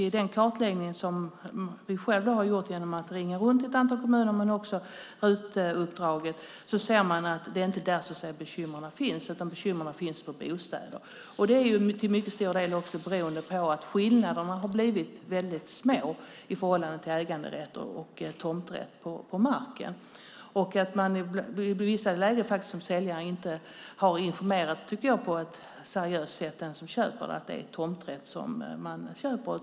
I den kartläggning vi själva har gjort genom att ringa runt till ett antal kommuner och i RUT:s utredning ser man att det inte är där bekymren finns, utan de finns på bostadssidan. Det är till mycket stor del beroende på att skillnaderna mellan äganderätt och tomträtt har blivit små. I vissa lägen har säljare inte på ett seriöst sätt informerat den som köper att det är tomträtt man köper.